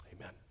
Amen